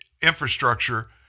Infrastructure